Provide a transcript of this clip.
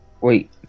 Wait